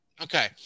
Okay